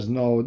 no